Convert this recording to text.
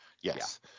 Yes